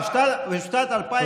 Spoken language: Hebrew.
תודה.